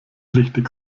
richtig